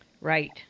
Right